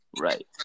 Right